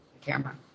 camera